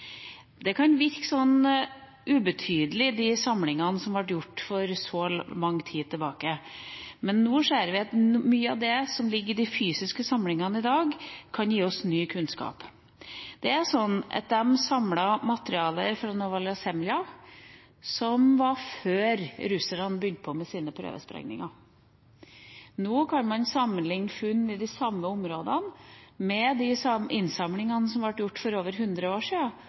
samlingene, som er innsamlinger gjort for lang tid siden, kan virke ubetydelige, men nå ser vi at mye av det som ligger i de fysiske samlingene i dag, kan gi oss ny kunnskap. De samlet materiale fra Novaja Semlja før russerne begynte med sine prøvesprengninger. Nå kan man sammenligne funn i de samme områdene med de innsamlingene som ble gjort for over 100 år